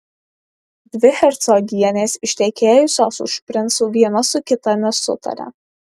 dvi hercogienės ištekėjusios už princų viena su kita nesutaria